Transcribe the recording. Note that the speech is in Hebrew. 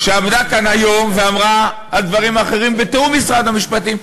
שעמדה כאן היום ואמרה על דברים אחרים: בתיאום עם משרד המשפטים.